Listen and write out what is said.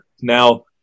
Now